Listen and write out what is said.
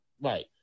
Right